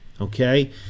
Okay